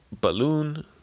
balloon